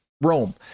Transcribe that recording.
Rome